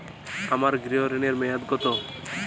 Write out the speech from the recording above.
আমার গৃহ ঋণের মেয়াদ কত?